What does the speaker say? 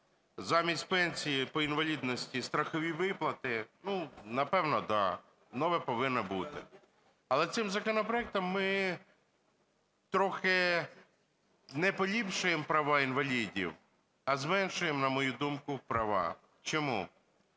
замість пенсії по інвалідності страхові виплати, напевно да, нове повинно бути. Але цим законопроектом ми трохи не поліпшуємо права інвалідів, а зменшуємо, на мою думку, їх права. Чому?